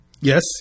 Yes